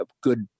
good